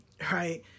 Right